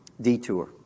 detour